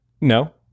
no